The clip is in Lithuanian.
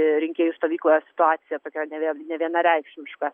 rinkėjų stovykloje situacija tokia nevie nevienareikšmiška